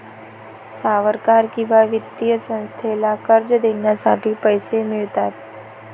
सावकार किंवा वित्तीय संस्थेला कर्ज देण्यासाठी पैसे मिळतात